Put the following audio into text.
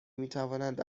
میتوانند